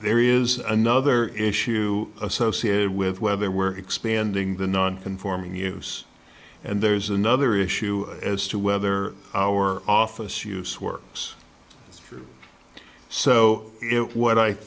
there is another issue associated with whether we're expanding the non conforming use and there's another issue as to whether our office use works so it what i